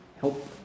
help